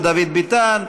ודוד ביטן,